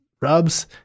rubs